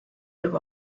year